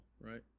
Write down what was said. right